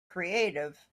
creative